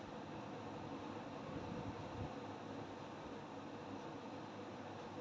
कुक्कुट पालन से ग्रामीण स्वाबलम्बी बन रहे हैं